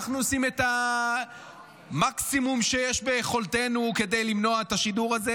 אנחנו עושים את המקסימום שיש ביכולתנו כדי למנוע את השידור הזה,